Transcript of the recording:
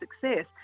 success